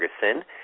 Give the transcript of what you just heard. Ferguson